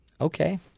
Okay